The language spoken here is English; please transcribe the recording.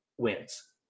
Wins